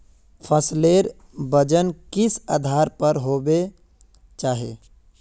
फसलेर वजन किस आधार पर होबे चही?